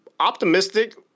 Optimistic